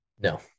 No